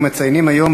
אנו מציינים היום,